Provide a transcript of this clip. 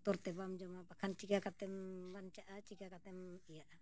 ᱵᱚᱛᱚᱨᱛᱮ ᱵᱟᱢ ᱡᱚᱢᱟ ᱵᱟᱠᱷᱟᱱ ᱪᱤᱠᱟᱹ ᱠᱟᱛᱮᱢ ᱵᱟᱧᱪᱟᱜᱼᱟ ᱪᱤᱠᱟᱹ ᱠᱟᱛᱮᱢ ᱤᱭᱟᱹᱜᱼᱟ